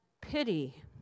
pity